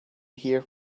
hear